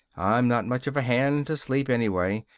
i'm not much of a hand to sleep anyway.